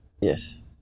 Yes